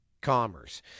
commerce